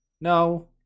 No